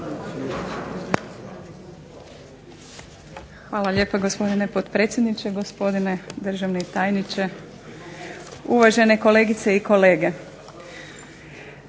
Hvala lijepa, gospodine potpredsjedniče. Gospodine državni tajniče, uvažene kolegice i kolege.